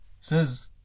says